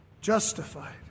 justified